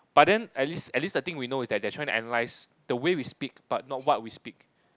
but then at least at least the thing we know is that they are tryna analyse the way we speak but not what we speak